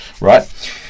right